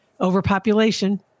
overpopulation